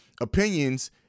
opinions